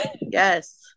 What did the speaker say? Yes